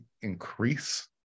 increase